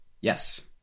Yes